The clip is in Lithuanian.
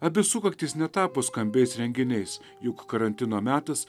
abi sukaktys netapo skambiais renginiais juk karantino metas